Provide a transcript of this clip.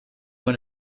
when